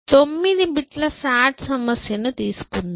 9 bit SAT సమస్య ను తీసుకుందాం